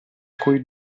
coi